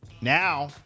Now –